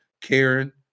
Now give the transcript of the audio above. Karen